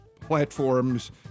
platforms